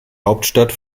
hauptstadt